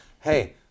hey